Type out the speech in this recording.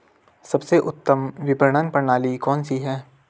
सबसे उत्तम विपणन प्रणाली कौन सी है?